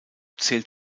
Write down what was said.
zählt